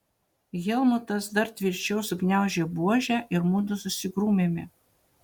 helmutas dar tvirčiau sugniaužė buožę ir mudu susigrūmėme